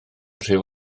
rhyw